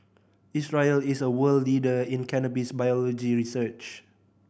Israel is a world leader in cannabis biology research